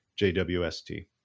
JWST